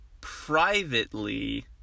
privately